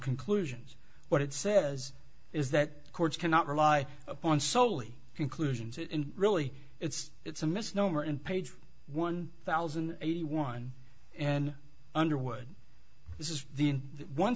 conclusions what it says is that courts cannot rely upon soley conclusions really it's it's a misnomer in page one thousand eight hundred one and underwood this is the one